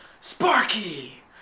Sparky